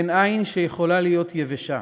אין עין שיכולה להיות יבשה